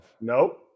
Nope